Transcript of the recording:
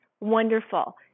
Wonderful